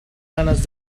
ganas